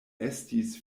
estis